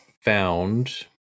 found